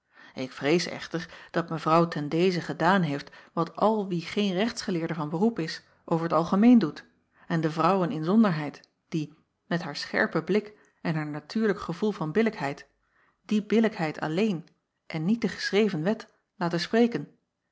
k vrees echter dat evrouw ten deze gedaan heeft wat al wie geen rechtsgeleerde van beroep is over t algemeen doet en de vrouwen inzonderheid die met haar scherpen blik en haar natuurlijk gevoel van billijkheid die billijkheid alleen en niet de geschreven wet laten spreken